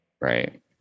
Right